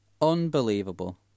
Unbelievable